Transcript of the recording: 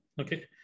Okay